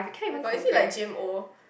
[oh]-my-god is that like